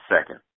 second